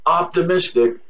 optimistic